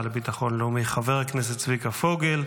לביטחון לאומי חבר הכנסת צביקה פוגל,